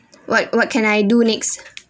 what what can I do next